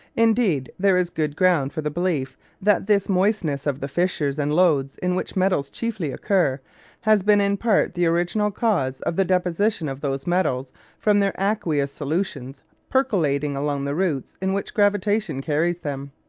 indeed there is good ground for the belief that this moistness of the fissures and lodes in which metals chiefly occur has been in part the original cause of the deposition of those metals from their aqueous solutions percolating along the routes in which gravitation carries them.